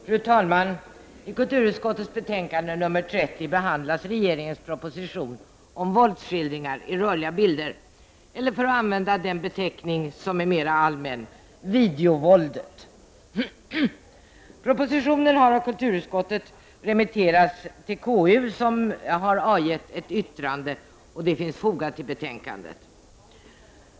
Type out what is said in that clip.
Fru talman! I kulturutskottets betänkande nr 30 behandlas regeringens proposition om våldsskildringar i rörliga bilder, eller för att använda den beteckning som är mer allmän: videovåldet. Propositionen har av kulturutskottet remitterats till konstitutionsutskottet som har avgivit ett yttrande, vilket finns fogat till betänkandet.